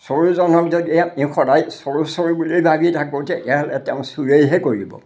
চোৰজনক যদি আমি সদায় সৰু বুলি ভাবি থাকোঁ তেতিয়াহলে তেওঁ চুৰেইহে কৰিব